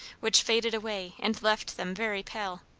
which faded away and left them very pale.